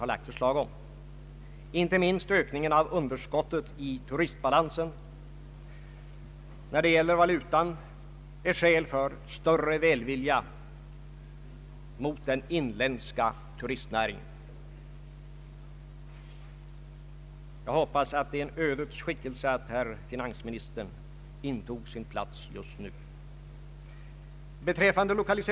Direkta statliga insatser vore nödvändiga för att bygga upp attraktiva och konkurrenskraftiga samhällen i landets norra delar.